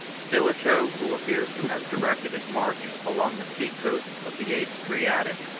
stilicho, who appears to have directed his march along the sea-coast of the adriatic,